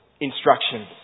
instructions